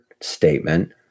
statement